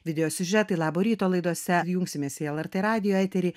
video siužetai labo ryto laidose jungsimės į lrt radijo eterį